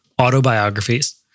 Autobiographies